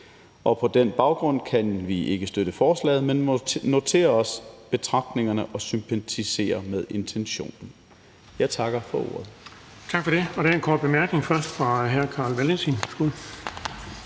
På den baggrund kan vi ikke støtte forslaget, men må notere os betragtningerne og sympatiserer med intentionen. Jeg takker for ordet. Kl. 20:01 Den fg. formand (Erling Bonnesen): Tak for det. Der er en kort bemærkning, først fra hr. Carl Valentin.